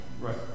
Right